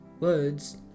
Words